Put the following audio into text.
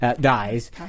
dies